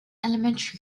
elementary